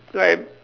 like